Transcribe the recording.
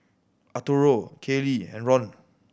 Arturo Kaley and Ron